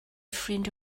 ffrind